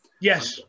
Yes